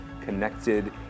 connected